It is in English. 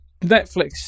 Netflix